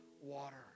water